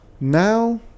now